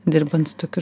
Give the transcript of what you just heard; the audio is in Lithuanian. dirbant su tokiu